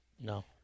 no